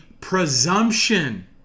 presumption